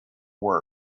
word